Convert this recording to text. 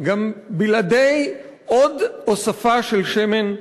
גם בלעדי עוד הוספה של שמן למדורה.